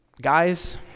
Guys